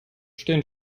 stehen